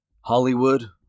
Hollywood